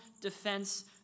defense